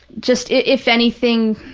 just, if anything,